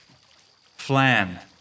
Flan